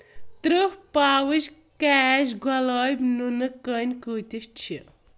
ترٕٛہ پاوچ کیچ گۄلٲبۍ نُنہٕ کٔنۍ کۭتِس چھِ